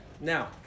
Now